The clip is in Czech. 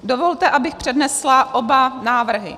Dovolte, abych přednesla oba návrhy.